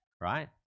right